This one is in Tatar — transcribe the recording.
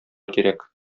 кирәк